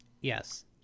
Yes